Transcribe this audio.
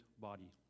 body